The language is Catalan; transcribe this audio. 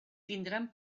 tindran